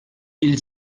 hil